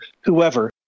whoever